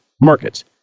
Markets